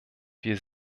wir